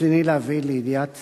ברצוני להביא לידיעת